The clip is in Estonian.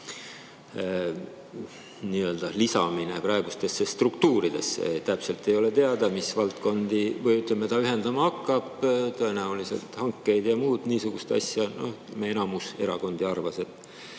lisamine praegustesse struktuuridesse. Täpselt ei ole teada, mis valdkondi ta ühendama hakkaks – tõenäoliselt hankeid ja muid niisuguseid asju –, aga enamik erakondi arvas, et